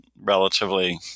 relatively